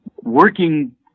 working